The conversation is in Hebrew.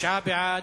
תשעה בעד,